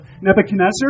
Nebuchadnezzar